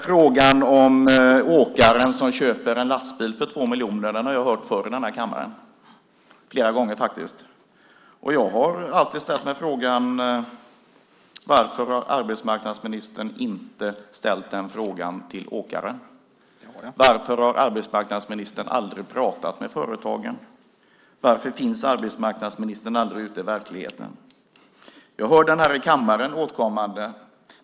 Frågan om åkaren som köper en lastbil för 2 miljoner har jag hört förr i den här kammaren, flera gånger, faktiskt. Och jag har alltid ställt mig frågan varför arbetsmarknadsministern inte har ställt den frågan till åkaren. Varför har arbetsmarknadsministern aldrig pratat med företagen? Varför finns arbetsmarknadsministern aldrig ute i verkligheten? Jag hör den här återkommande här i kammaren.